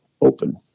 open